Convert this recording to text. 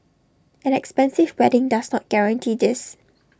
an expensive wedding does not guarantee this